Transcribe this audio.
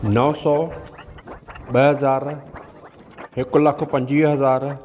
नौ सौ ॿ हज़ार हिकु लखु पंजवीह हज़ार